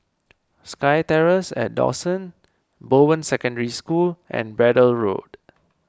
Sky Terrace at Dawson Bowen Secondary School and Braddell Road